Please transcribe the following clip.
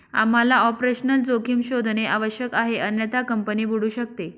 आम्हाला ऑपरेशनल जोखीम शोधणे आवश्यक आहे अन्यथा कंपनी बुडू शकते